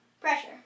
Pressure